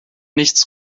nichts